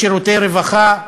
בשירותי הרווחה,